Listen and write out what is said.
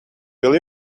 will